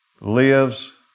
lives